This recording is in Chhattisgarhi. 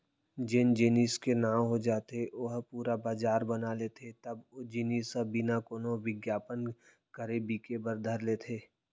जेन जेनिस के नांव हो जाथे ओ ह पुरा बजार बना लेथे तब ओ जिनिस ह बिना कोनो बिग्यापन करे बिके बर धर लेथे